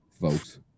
Folks